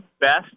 best